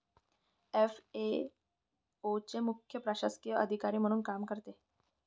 FAO चे मुख्य प्रशासकीय अधिकारी म्हणून काम करते